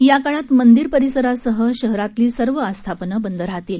या काळात मंदिर परिसरासह शहरातली सर्व आस्थापनं बंद राहतील